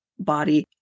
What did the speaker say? Body